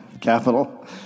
capital